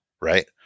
right